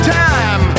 time